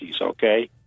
okay